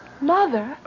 Mother